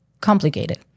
complicated